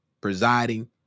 presiding